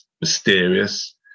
mysterious